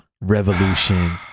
Revolution